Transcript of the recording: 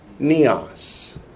neos